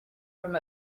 from